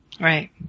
Right